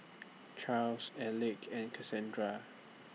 Charls Elick and Cassandra